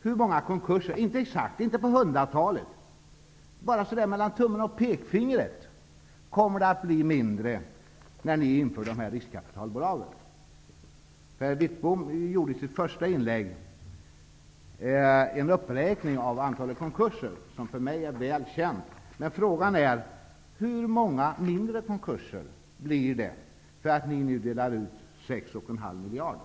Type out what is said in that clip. Hur många konkurser -- inte exakt, inte på hundratalet, bara så där mellan tummen och pekfingret -- kommer att kunna undvikas när ni inför dessa riskkapitalbolag? Herr Wittbom gjorde i sitt första inlägg en uppräkning av antalet konkurser, vilket är väl känt för mig. Men frågan är hur många konkurser som kommer att kunna undvikas på grund av att ni nu delar ut 6,5 miljarder.